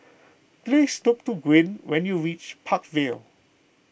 please look to Gwyn when you reach Park Vale